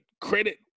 credit